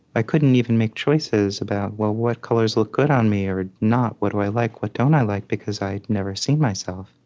i couldn't even make choices about, well, what colors look good on me or not? what do i like? what don't i like? because i'd never seen myself.